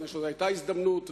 כי זו היתה הזדמנות,